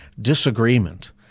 disagreement